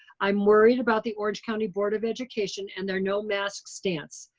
i'm worried about the orange county board of education and their no mask stance.